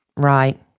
right